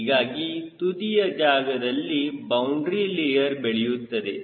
ಹೀಗಾಗಿ ತುದಿಯ ಜಾಗದಲ್ಲಿ ಬೌಂಡರಿ ಲೇಯರ್ ಬೆಳೆಯುತ್ತದೆ